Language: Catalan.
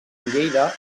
lleida